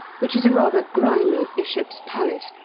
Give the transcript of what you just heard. which is a rather grimy bishop's palace,